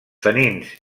tanins